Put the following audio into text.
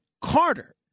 Carter